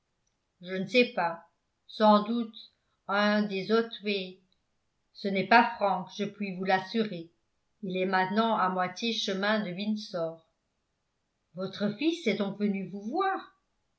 je ne sais pas sans doute un des otway ce n'est pas frank je puis vous l'assurer il est maintenant à moitié chemin de windsor votre fils est donc venu vous voir